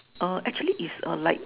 uh actually it's a like